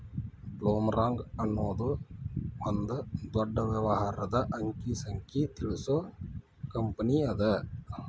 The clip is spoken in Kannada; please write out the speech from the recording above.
ಬ್ಲೊಮ್ರಾಂಗ್ ಅನ್ನೊದು ಒಂದ ದೊಡ್ಡ ವ್ಯವಹಾರದ ಅಂಕಿ ಸಂಖ್ಯೆ ತಿಳಿಸು ಕಂಪನಿಅದ